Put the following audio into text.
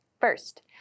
First